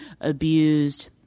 abused